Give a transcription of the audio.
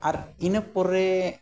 ᱟᱨ ᱤᱱᱟᱹ ᱯᱚᱨᱮ